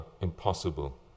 impossible